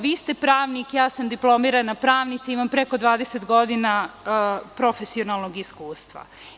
Vi ste pravnik, ja sam diplomirana pravnica, imam preko 20 godina profesionalnog iskustva.